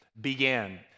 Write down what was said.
began